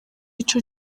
ico